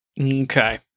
Okay